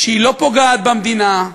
שלא פוגעת במדינה,